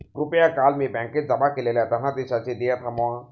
कृपया काल मी बँकेत जमा केलेल्या धनादेशाचे देय थांबवा